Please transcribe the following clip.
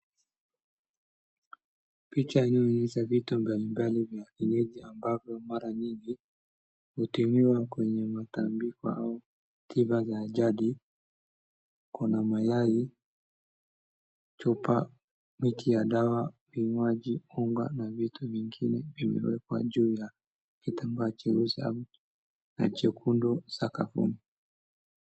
Picha inayoonyesha vitu mbalimbali vya kienyeji ambazo mara nyingi hutumiwa kwenye matambiko au za tiba jadi, kuna mayai, chupa, miti ya dawa, vinywaji unga na vitu vingine vimewekwa juu ya kitambaa cheusi au na chekundu sakafuni.